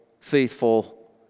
faithful